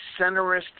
centerist